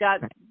got